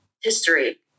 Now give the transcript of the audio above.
history